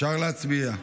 אפשר להצביע.